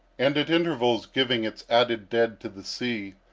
and, at intervals giving its added dead to the sea,